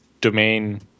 domain